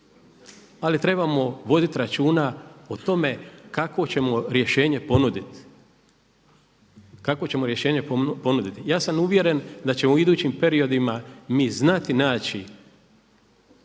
ćemo rješenje ponudit, kakvo ćemo rješenje ponudit. Ja sam uvjeren da ćemo u idućim periodima mi znati naći